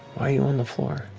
are you on the floor?